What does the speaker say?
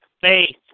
Faith